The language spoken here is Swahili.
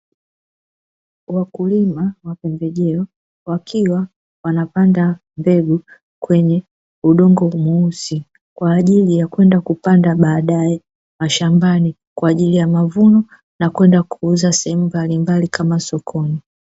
Wakulima wa pembejeo wakiwa wanapanda mbegu kwenye udongo mweusi, kwa ajili ya kwenda kupanda baadae mashambani, kwa ajili ya mavuno na kwenda kuuza sehemu mbalimbali kama sokoni.